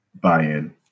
buy-in